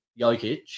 Jokic